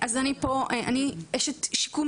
אז אני אשת שיקום,